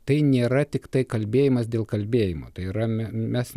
tai nėra tiktai kalbėjimas dėl kalbėjimo tai yra me mes